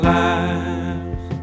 lives